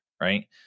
right